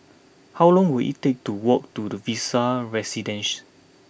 how long will it take to walk to the Vista Residences